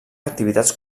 activitats